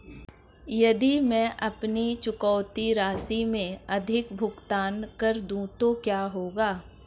यदि मैं अपनी चुकौती राशि से अधिक भुगतान कर दूं तो क्या होगा?